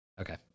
Okay